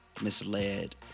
misled